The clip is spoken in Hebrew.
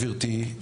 גברתי,